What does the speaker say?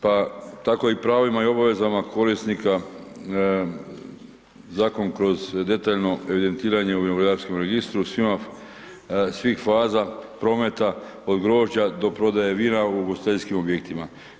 Pa tako i pravima i obavezama korisnika zakonom kroz detaljno evidentiranje u vinogradarskom registru svih faza prometa od grožđa do prodaje vina u ugostiteljskim objektima.